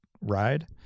ride